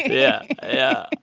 yeah, yeah.